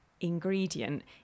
ingredient